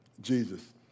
Jesus